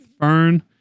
fern